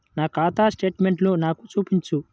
నా ఖాతా స్టేట్మెంట్ను నాకు చూపించు